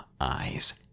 eyes